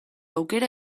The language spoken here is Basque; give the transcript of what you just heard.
aukera